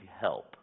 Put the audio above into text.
help